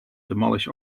demolish